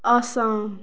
Assam